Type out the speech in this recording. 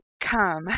come